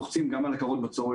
לוחצים גם על הכרה בצורך.